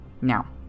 Now